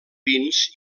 vins